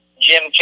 Jim